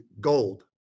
gold